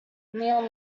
neon